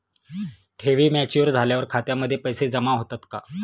ठेवी मॅच्युअर झाल्यावर खात्यामध्ये पैसे जमा होतात का?